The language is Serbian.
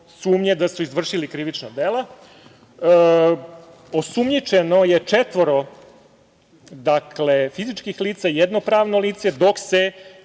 sumnje da su izvršili krivična dela. Osumnjičeno je četvoro fizičkih lica, jedno pravno lice, dok je,